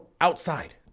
outside